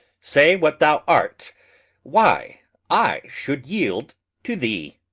say what thou art why i should yield to thee.